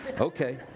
Okay